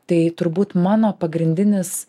tai turbūt mano pagrindinis